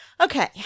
Okay